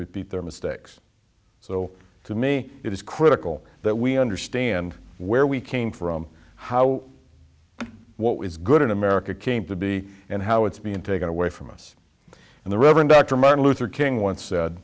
repeat their mistakes so to me it is critical that we understand where we came from how what was good in america came to be and how it's being taken away from us and the reverend dr martin luther king once said